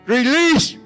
Release